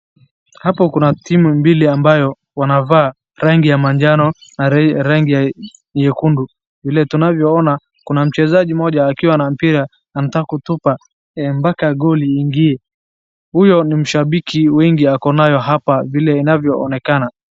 Hapa kuna timu mbili ambayo wanavaa rangi ya manjano na rangi ya nyekundu. Vile tunavyoona kuna mchezaji mmoja akiwa na mpira anataka kutupa mpaka goli iingie. Huyo ni mshambiki wengi akonayo hapa vile inavyoonekana.